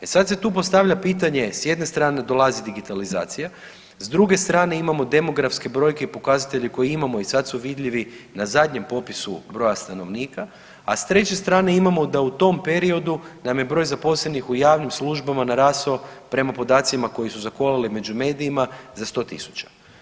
E sad se tu postavlja pitanje s jedne strane dolazi digitalizacije, s druge strane imamo demografske brojke i pokazatelje koje imamo i sad su vidljivi na zadnjem popisu broja stanovnika, a s treće strane imamo da u tom periodu da nam je broj zaposlenih u javnim službama narastao prema podacima koju zakolali među medijima za 100.000.